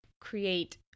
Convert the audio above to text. create